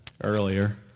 earlier